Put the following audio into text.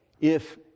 if-